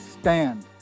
stand